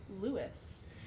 lewis